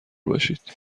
باشید